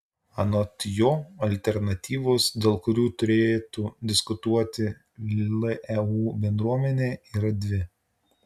anot jo alternatyvos dėl kurių turėtų diskutuoti leu bendruomenė yra dvi